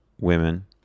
women